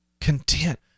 content